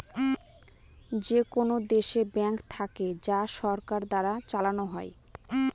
যেকোনো দেশে ব্যাঙ্ক থাকে যা সরকার দ্বারা চালানো হয়